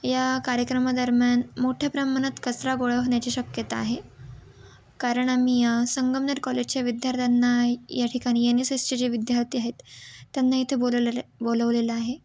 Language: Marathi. या कार्यक्रमा दरम्यान मोठ्या प्रमाणात कचरा गोळा होण्याची शक्यता आहे कारण आम्ही संगमनेर कॉलेजच्या विद्यार्थ्यांना या ठिकाणी एन एस एसचे जे विद्यार्थी आहेत त्यांना इथे बोलवलेले बोलवलेलं आहे